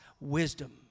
wisdom